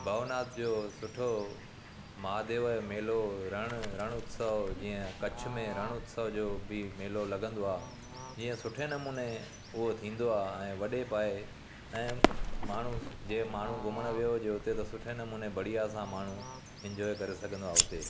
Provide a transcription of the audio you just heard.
भावनाथ जो सुठो महादेव ऐं मेलो रण रण उत्सव जीअं कच्छ में रण उत्सव जो बि मेलो लॻंदो आ जीअं सुठे नमूने उहो थींदो आहे ऐं वॾे पाए ऐं माण्हू जीअं माण्हू घुमणु वियो जे हुते त सुठे नमूने बढ़िया सां माण्हू इंजॉय करे सघंदो आहे हुते